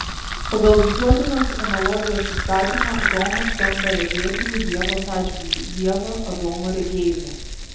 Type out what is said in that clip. pagal visuotinės analogijos įstatymą adomas tampa regėtoju ievos atžvilgiu ieva adomo regėjimu